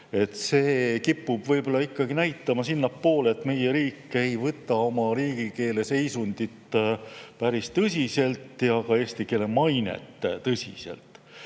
See kipub võib-olla ikkagi näitama sinnapoole, et meie riik ei võta oma riigikeele seisundit päris tõsiselt ja ka eesti keele mainet tõsiselt.